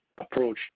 approach